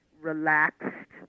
relaxed